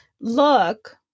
Look